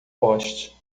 poste